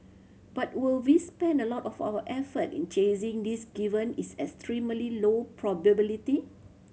but will we spend a lot of our effort in chasing this given its extremely low probability